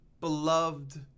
beloved